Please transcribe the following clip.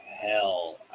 hell